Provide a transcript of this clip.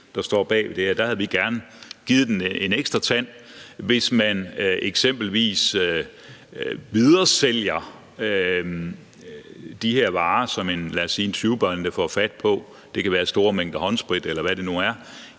der står bag det, og der havde vi gerne givet den en ekstra tand. Hvis man eksempelvis videresælger de her varer, som en, lad os sige tyvebande får fat på – det kan være store mængder håndsprit, eller hvad det nu er